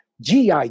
gi